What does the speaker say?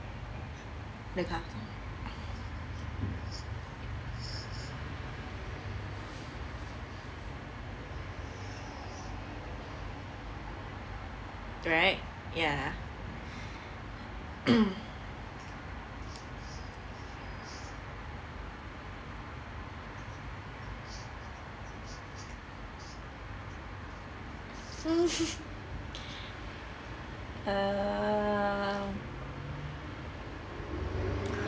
right ya err